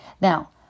Now